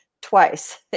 twice